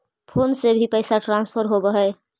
Phone से भी पैसा ट्रांसफर होवहै?